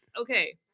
Okay